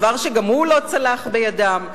דבר שגם הוא לא צלח בידם.